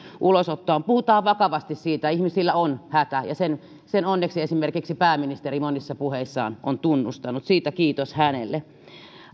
ulosottoon puhutaan vakavasti siitä ihmisillä on hätä sen sen onneksi esimerkiksi pääministeri monissa puheissaan on tunnustanut siitä kiitos hänelle